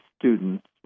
students